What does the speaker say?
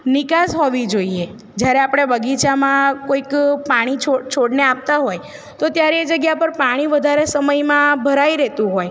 નિકાસ હોવી જોઈએ જ્યારે આપણે બગીચામાં કોઈક પાણી છોડ છોડને આપતા હોય તો ત્યારે એ જગ્યા પર પાણી વધારે સમયમાં ભરાઈ રહેતું હોય